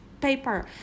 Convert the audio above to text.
paper